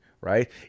right